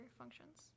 functions